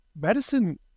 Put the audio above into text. medicine